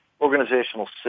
organizational